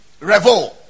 Revo